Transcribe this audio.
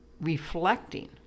reflecting